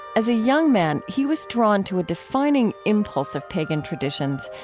as a young man, he was drawn to a defining impulse of pagan traditions,